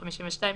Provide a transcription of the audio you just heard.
52,